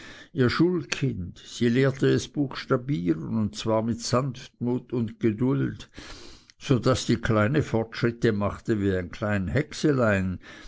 ihr schulkind sie lehrte es buchstabieren und zwar mit sanftmut und geduld so daß die kleine fortschritte machte wie ein